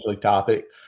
topic